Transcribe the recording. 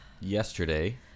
yesterday